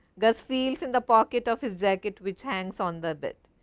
gus feels in the pocket of his jacket, which hangs on the bed.